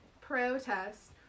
protest